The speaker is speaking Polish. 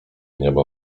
niebo